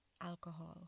alcohol